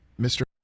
Mr